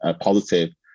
positive